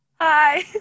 Hi